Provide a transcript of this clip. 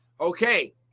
Okay